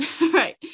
right